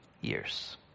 years